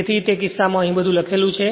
તેથી તે કિસ્સામાં અહીં બધું લખેલું છે